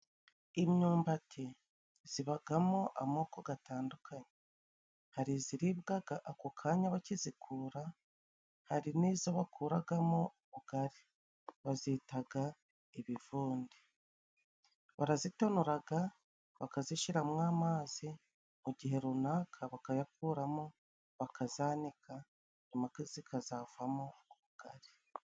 Imyumbati zibagamo amoko gatandukanye hari iziribwaga ako kanya bakizikura hari n'izo bakuragamo ubugari ,bazitaga ibivunde barazitonoraga, bakazishiramwo amazi ,mu gihe runaka bakayakuramo bakazanika nyuma zikazavamo ubugari.